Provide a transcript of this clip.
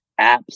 apps